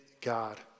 God